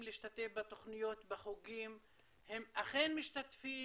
להשתתף בתוכניות ובחוגים הם אכן משתתפים,